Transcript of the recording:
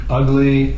ugly